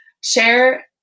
share